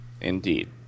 indeed